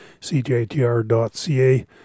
CJTR.ca